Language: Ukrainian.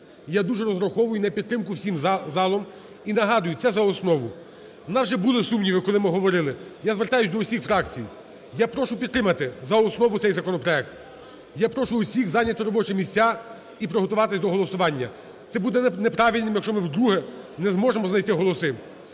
Я дуже розраховую на підтримку всім залом і нагадую, це – за основу. У нас вже були сумніви, коли ми говорили. Я звертаюся до всіх фракцій, я прошу підтримати за основу цей законопроект. Я прошу всіх зайняти робочі місця і приготуватись до голосування. Це буде неправильним, якщо ми вдруге не зможемо знайти голоси.